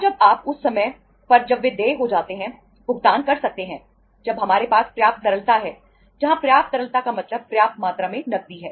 और जब आप उस समय पर जब वे देय हो जाते हैं भुगतान कर सकते हैं जब हमारे पास पर्याप्त तरलता है जहां पर्याप्त तरलता का मतलब पर्याप्त मात्रा में नकदी है